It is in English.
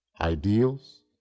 ideals